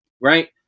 right